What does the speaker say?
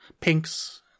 pinks